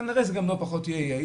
כנראה שזה גם יהיה פחות יעיל,